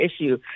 issue